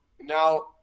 now